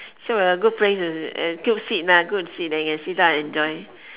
so we have good place and good seat lah good seat that you can sit down and enjoy